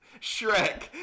Shrek